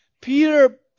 Peter